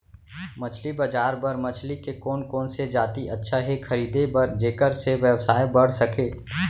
मछली बजार बर मछली के कोन कोन से जाति अच्छा हे खरीदे बर जेकर से व्यवसाय बढ़ सके?